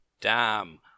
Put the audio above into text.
Damn